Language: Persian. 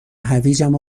هویجم